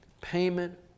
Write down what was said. payment